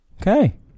Okay